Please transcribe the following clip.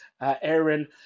Aaron